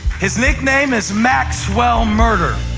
his nickname is maxwell murder.